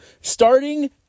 starting